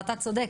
אתה צודק,